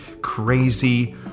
crazy